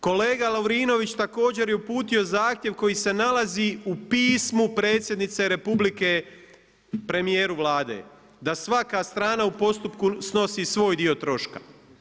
Kolega Lovrinović također je uputio zahtjev koji se nalazi u pismu predsjednice Republike premijeru Vlade da svaka strana u postupku snosi svoj dio troška.